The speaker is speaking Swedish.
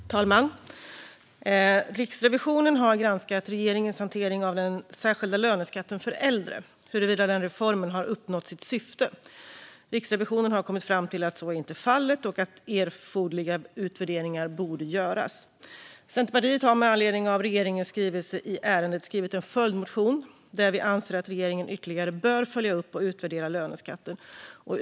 Fru talman! Riksrevisionen har granskat regeringens hantering av den särskilda löneskatten för äldre och huruvida reformen har uppnått sitt syfte. Riksrevisionen har kommit fram till att så inte är fallet och att erforderliga utvärderingar bör göras. Centerpartiet har med anledning av regeringens skrivelse i ärendet skrivit en följdmotion där vi framför att regeringen ytterligare bör följa upp och utvärdera löneskatten.